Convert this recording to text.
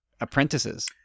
apprentices